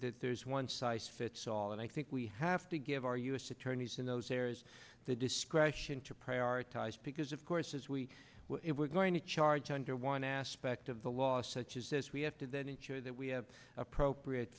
that there's one size fits all and i think we have to give our u s attorneys in those areas the discretion to prioritize because of course as we were going to charge under one aspect of the law such as this we have to then ensure that we have appropriate